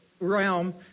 realm